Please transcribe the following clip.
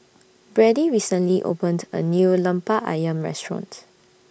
Brady recently opened A New Lemper Ayam Restaurant